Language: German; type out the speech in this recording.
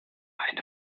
eine